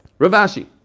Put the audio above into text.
Ravashi